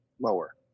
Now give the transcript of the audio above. lower